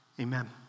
Amen